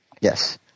Yes